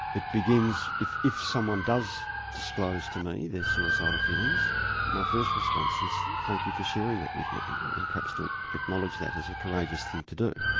it begins if if someone does disclose to me their suicidal feelings my first response is thank you for sharing that with me and perhaps to acknowledge that as a courageous thing to do.